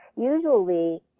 Usually